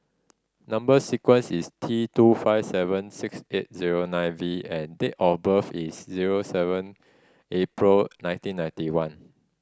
number sequence is T two five seven six eight zero nine V and date of birth is zero seven April nineteen ninety one